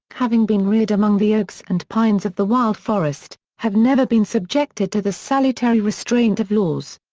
having been reared among the oaks and pines of the wild forest, have never been subjected to the salutary restraint of laws.